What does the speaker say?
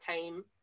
time